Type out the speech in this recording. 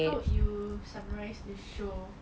how would you summarise the show